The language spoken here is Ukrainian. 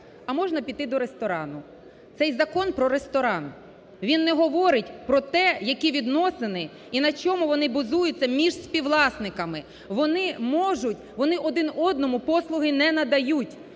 а можна піти до ресторану. Цей закон – про ресторан, він не говорить про те, які відносини і на чому вони базуються між співвласниками? Вони можуть, вони один одному послуги не надають,